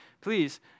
please